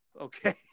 okay